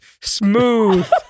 smooth